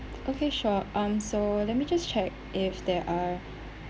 okay sure um so let me just check if there are